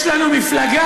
יש לנו מפלגה,